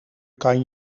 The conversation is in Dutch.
kan